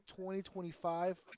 2025